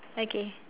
okay